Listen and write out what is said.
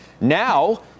Now